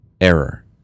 error